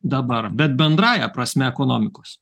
dabar bet bendrąja prasme ekonomikos